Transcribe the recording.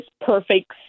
perfect